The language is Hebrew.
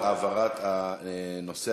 על העברת הנושא,